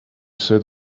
said